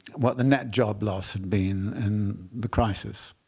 what the net job loss had been in the crisis.